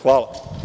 Hvala.